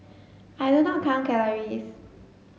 I do not count calories